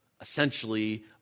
essentially